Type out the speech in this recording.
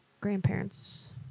grandparents